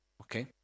okay